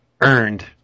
earned